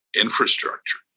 infrastructure